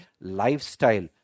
lifestyle